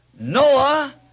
Noah